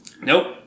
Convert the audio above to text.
Nope